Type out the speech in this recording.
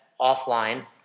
offline